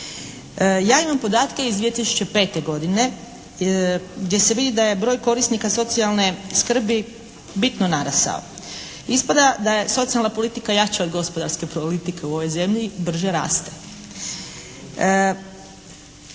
Ja imam podatke iz 2005. godine gdje se vidi da je broj korisnika socijalne skrbi bitno narastao. Ispada da je socijalna politika jača od gospodarske politike u ovoj zemlji, brže raste.